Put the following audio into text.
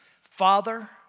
Father